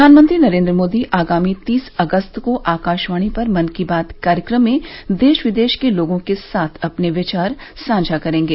प्रधानमंत्री नरेंद्र मोदी आगामी तीस अगस्त को आकाशवाणी पर मन की बात कार्यक्रम में देश विदेश के लोगों के साथ अपने विचार साझा करेंगे